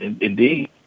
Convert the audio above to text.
indeed